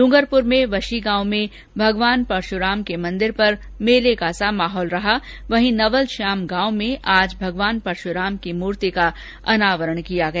ड्रंगरपुर में वशी गांव में भगवान परशुराम के मंदिर पर र्मले का सा माहौल है वहीं नवल श्याम गांव में आज भगवान परशुराम की मूर्ति का अनावरण किया गया